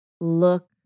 look